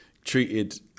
treated